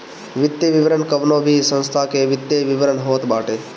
वित्तीय विवरण कवनो भी संस्था के वित्तीय विवरण होत बाटे